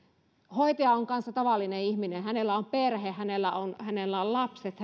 hoitaja on kanssa tavallinen ihminen hänellä on perhe hänellä on hänellä on lapset